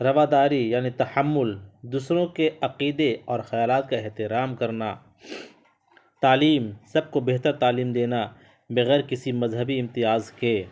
رواداری یعنی تحمل دوسروں کے عقیدے اور خیالات کا احترام کرنا تعلیم سب کو بہتر تعلیم دینا بغیر کسی مذہبی امتیاز کے